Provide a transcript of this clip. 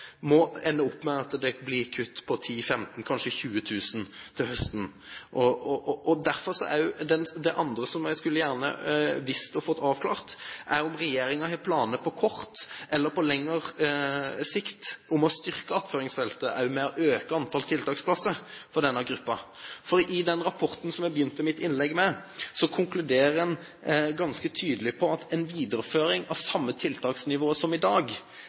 må ende opp med at det blir kutt på 10 000, 15 000 kanskje 20 000 til høsten. Det andre som jeg gjerne skulle ha fått avklart, er om regjeringen har planer på kort eller lengre sikt for å styrke attføringsfeltet ved å øke antall tiltaksplasser for denne gruppen. I den rapporten som jeg begynte mitt innlegg med, konkluderer en ganske tydelig på at en videreføring av samme tiltaksnivå som i dag